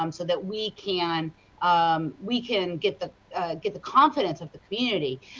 um so that we can um we can get the get the confidence of the community,